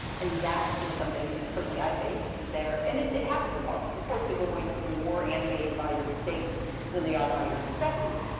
and that was something yeah certainly i faced there. and it happens in politics. of course, people are going to be more animated by your mistakes than they are by your successes.